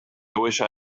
wished